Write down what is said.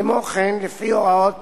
כמו כן, לפי הוראות